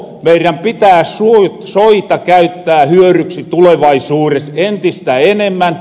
meirän pitää soita käyttää hyöryksi tulevaisuures entistä enemmän